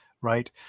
right